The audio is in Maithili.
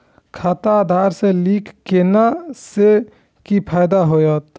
खाता आधार से लिंक केला से कि फायदा होयत?